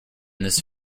this